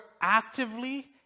actively